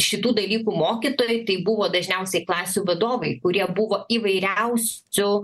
šitų dalykų mokytojai tai buvo dažniausiai klasių vadovai kurie buvo įvairiausių